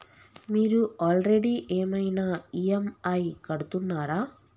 మీరు ఆల్రెడీ ఏమైనా ఈ.ఎమ్.ఐ కడుతున్నారా?